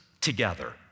together